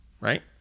right